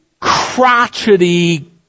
crotchety